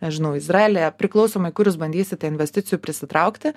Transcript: nežinau izraelyje priklausomai kur jūs bandysite investicijų prisitraukti